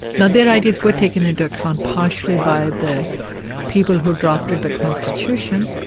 now their ideas were taken into account partially by the people who drafted the constitution,